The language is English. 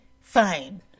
fine